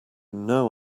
know